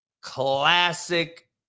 classic